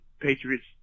Patriots